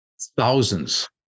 thousands